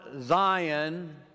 Zion